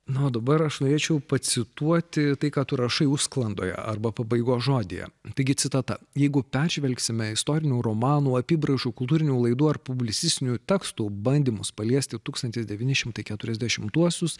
na o dabar aš norėčiau pacituoti tai ką tu rašai užsklandoje arba pabaigos žodyje taigi citata jeigu peržvelgsime istorinių romanų apybraižų kultūrinių laidų ar publicistinių tekstų bandymus paliesti tūkstantis devyni šimati keturiasdešimtuosius